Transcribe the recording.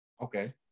Okay